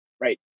right